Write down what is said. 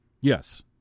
yes